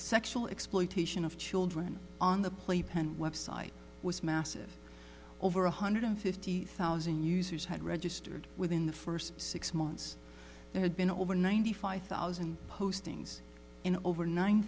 sexual exploitation of children on the playpen web site was massive over one hundred fifty thousand users had registered within the first six months they had been over ninety five thousand postings in over nine